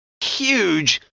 huge